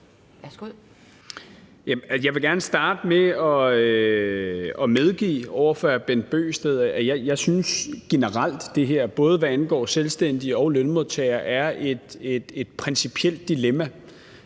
Jeg vil gerne starte med at medgive over for hr. Bent Bøgsted, at jeg generelt synes, at det, både hvad angår selvstændige og lønmodtagere, er et principielt dilemma.